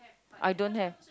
I don't have